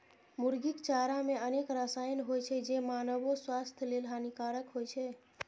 मुर्गीक चारा मे अनेक रसायन होइ छै, जे मानवो स्वास्थ्य लेल हानिकारक होइ छै